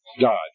God